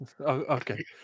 okay